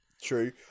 True